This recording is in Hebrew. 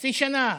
חצי שנה?